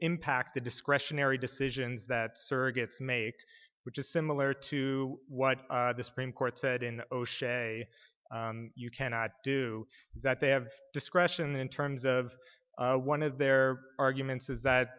impact a discretionary decisions that surrogates make which is similar to what the supreme court said in o'shea you cannot do that they have discretion in terms of one of their arguments is that